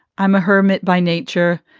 i'm a hermit by nature.